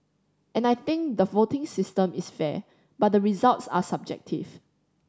and I think the voting system is fair but the results are subjective